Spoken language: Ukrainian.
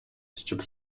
щоб